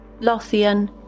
Lothian